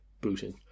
booting